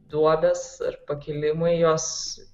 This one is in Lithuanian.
duobės ar pakilimai jos